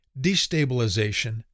destabilization